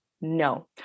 No